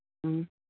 ꯎꯝ